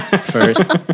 first